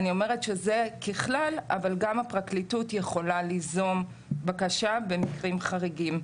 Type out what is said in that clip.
ככלל אבל גם הפרקליטות יכולה ליזום בקשה במקרים חריגים.